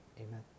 amen